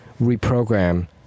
reprogram